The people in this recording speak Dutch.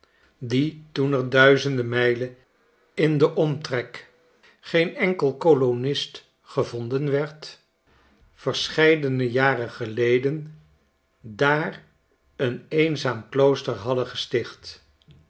die toen er duizenden mijlen in den omtrek geen enkel kolonist gevonden werd verscheidene jaren geleden daar een eenzaam klooster hadden gesticht